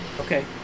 Okay